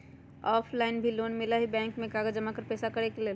Offline भी loan मिलहई bank में कागज जमाकर पेशा करेके लेल?